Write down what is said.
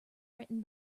written